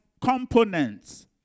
components